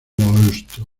maestra